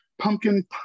pumpkin